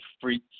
freak